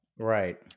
Right